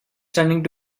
stunning